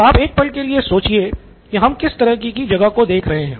तो आप एक पल के लिए सोचिए कि हम किस तरह की जगह को देख रहे हैं